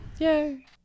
Yay